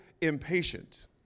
impatient